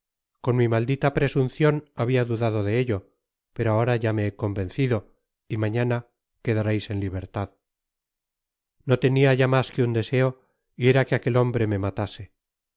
con mi maldüa presuncion habia dudado de etto pero ahora ya me he convencido y mañana quedareis en libertad no tenia ya mas que un deseo y era que aquel hombre me matase